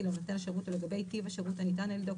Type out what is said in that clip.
לנותן השירות או לגבי טיב השירות הניתן על ידו,